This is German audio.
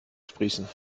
sprießen